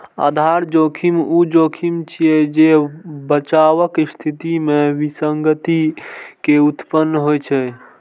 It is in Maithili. आधार जोखिम ऊ जोखिम छियै, जे बचावक स्थिति मे विसंगति के उत्पन्न होइ छै